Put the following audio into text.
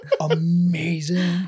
Amazing